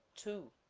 to,